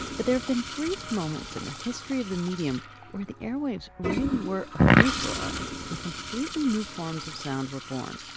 but there have been brief moments in the history of the medium where the airwaves really were a free-for-all, and completely new forms of sound were born.